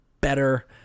better